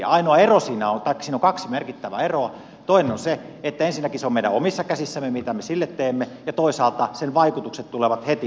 ainoa ero siinä on taikka siinä on kaksi merkittävää eroa toinen on se että ensinnäkin se on meidän omissa käsissämme mitä me sille teemme ja toisaalta sen vaikutukset tulevat heti niitä ei tarvitse odottaa